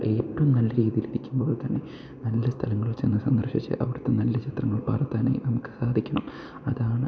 ഏറ്റവും നല്ല രീതിയിൽ ഇരിക്കുമ്പോൾ തന്നെ നല്ല സ്ഥലങ്ങളിൽ ചെന്ന് സന്ദർശിച്ച് അവിടുത്തെ നല്ല ചിത്രങ്ങൾ പകർത്താനായി നമുക്ക് സാധിക്കണം അതാണ്